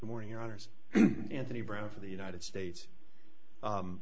the morning honors anthony brown for the united states